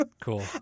Cool